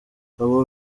abo